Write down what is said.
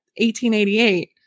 1888